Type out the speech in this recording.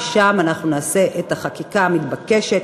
ושם אנחנו נעשה את עבודת החקיקה המתבקשת,